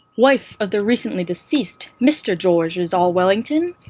wife of the recently deceased mr. georges allswellington.